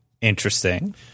interesting